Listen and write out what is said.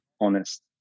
honest